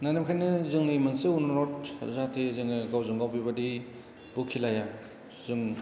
ना नोंखायनो जोंनि मोनसे अनुरद जाहथे जोङो गावजों गाव बेबायदि बखिलाया जों